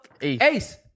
Ace